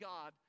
God